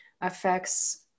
affects